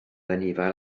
anifail